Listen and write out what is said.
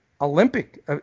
Olympic